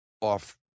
off